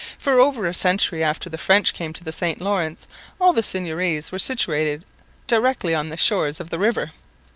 for over a century after the french came to the st lawrence all the seigneuries were situated directly on the shores of the river.